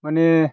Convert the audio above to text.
माने